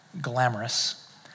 glamorous